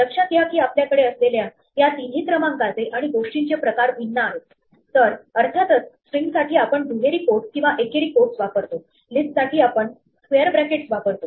लक्षात घ्या की आपल्याकडे असलेल्या या तिन्ही क्रमांकाचे आणि गोष्टींचे प्रकार भिन्न आहेत तर अर्थातच स्ट्रिंग साठी आपण दुहेरी क्वोट्स किंवा एकेरी क्वोट्स वापरतो लिस्टसाठी आपण स्क्वेअर ब्रॅकेट्स वापरतो